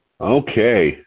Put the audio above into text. Okay